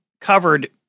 covered